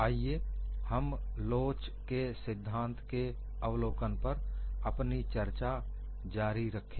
आइए हम लोच के सिद्धांत के अवलोकन पर अपनी चर्चा जारी रखें